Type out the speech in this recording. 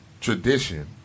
tradition